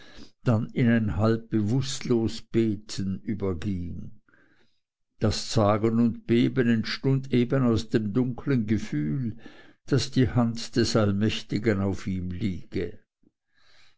dann in ein halb bewußtlos beten überging das zagen und beben entstund eben aus dem dunkeln gefühl daß die hand des allmächtigen auf ihm liege